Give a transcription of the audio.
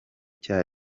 cya